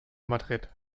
madrid